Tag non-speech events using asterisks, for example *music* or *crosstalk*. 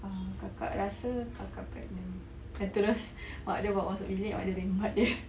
ah kakak rasa kakak pregnant then terus mak dia bawa dia masuk bilik mak dia rembat dia *laughs*